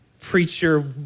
preacher